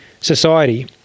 society